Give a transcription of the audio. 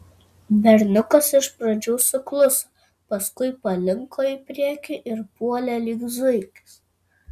berniukas iš pradžių sukluso paskui palinko į priekį ir puolė lyg zuikis